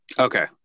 Okay